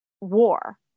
war